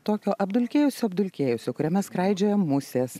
tokio apdulkėjusio apdulkėjusio kuriame skraidžioja musės